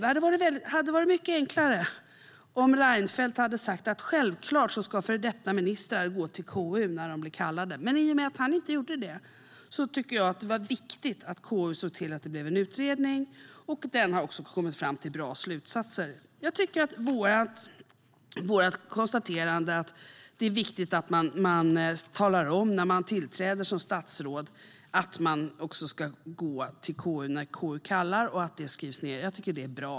Det hade varit mycket enklare om Reinfeldt hade sagt att före detta ministrar självklart ska gå till KU när de blir kallade. I och med att han inte gjorde det tycker jag att det var viktigt att KU såg till att det blev en utredning, och den har också kommit fram till bra slutsatser. Vårt konstaterande att det är viktigt att man talar om för den som tillträder som statsråd att statsråd ska gå till KU när KU kallar, och att det skrivs ned, tycker jag är bra.